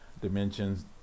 dimensions